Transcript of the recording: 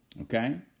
Okay